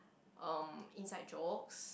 um inside jokes